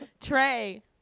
Trey